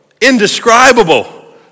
indescribable